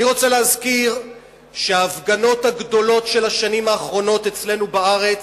אני רוצה להזכיר שההפגנות הגדולות של השנים האחרונות אצלנו בארץ,